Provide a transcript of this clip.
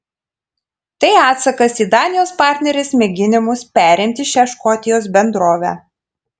tai atsakas į danijos partnerės mėginimus perimti šią škotijos bendrovę